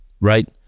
right